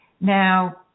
Now